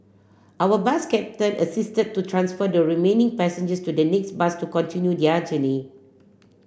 our bus captain assisted to transfer the remaining passengers to the next bus to continue their journey